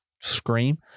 scream